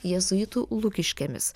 jėzuitų lukiškėmis